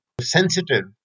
sensitive